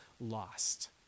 lost